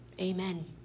amen